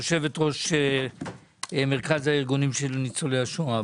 יושבת ראש מרכז הארגונים של ניצולי השואה.